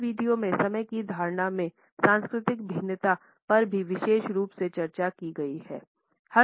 इस वीडियो में समय की धारणा में सांस्कृतिक भिन्नता पर भी विशेष रूप से चर्चा की जाती है